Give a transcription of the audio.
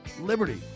liberty